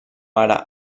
ara